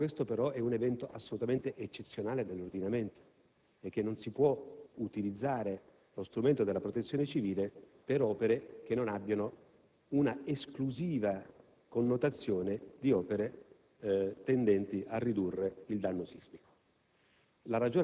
Sappiamo che questo, però, è un evento assolutamente eccezionale dell'ordinamento e che non si può utilizzare lo strumento della Protezione civile per opere che non abbiano l'esclusiva connotazione di interventi tendenti a ridurre il danno sismico.